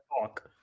talk